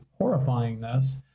horrifyingness